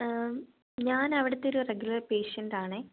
ഞാനവിടത്തെ ഒരു റെഗുലർ പേഷ്യൻറ്റാണ്